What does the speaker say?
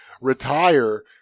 retire